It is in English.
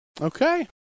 Okay